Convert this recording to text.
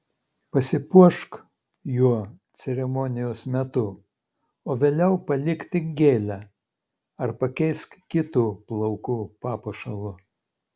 pasipuošk juo ceremonijos metu o vėliau palik tik gėlę ar pakeisk kitu plaukų papuošalu